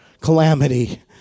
calamity